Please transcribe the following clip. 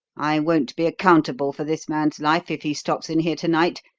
i won't be accountable for this man's life if he stops in here to-night,